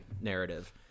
narrative